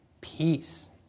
peace